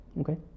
Okay